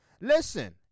Listen